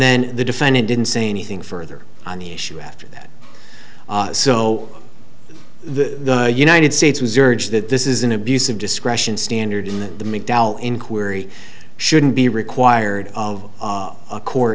then the defendant didn't say anything further on the issue after that so the united states was urged that this is an abuse of discretion standard in that the macdowell inquiry shouldn't be required of a co